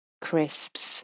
crisps